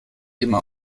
immer